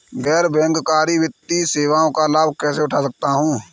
गैर बैंककारी वित्तीय सेवाओं का लाभ कैसे उठा सकता हूँ?